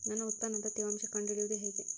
ನನ್ನ ಉತ್ಪನ್ನದ ತೇವಾಂಶ ಕಂಡು ಹಿಡಿಯುವುದು ಹೇಗೆ?